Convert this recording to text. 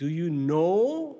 do you know